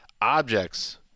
objects